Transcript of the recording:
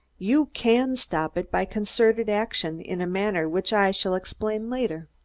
you can stop it by concerted action, in a manner which i shall explain later.